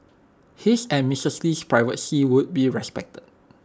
his and misses Lee's privacy would be respected